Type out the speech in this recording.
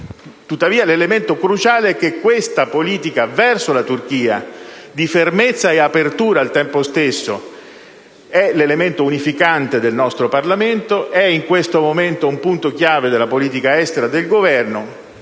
tuttavia l'aspetto fondamentale è che questa politica verso la Turchia, di fermezza e di apertura al tempo stesso, è l'elemento unificante del nostro Parlamento ed è, in questo momento, un punto chiave della politica estera del Governo.